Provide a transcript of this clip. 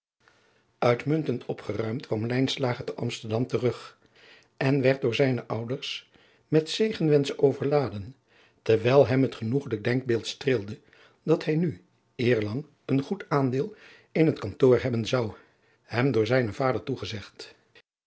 itmuntend opgeruimd kwam te msterdam terug en werd door zijne ouders met zegen wenschen overladen terwijl hem het genoegelijk denkbeeld streelde dat hij nu eerlang een goed aandeel in het kantoor hebben zou hem door zijnen vader toegezegd